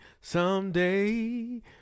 Someday